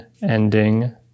ending